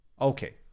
Okay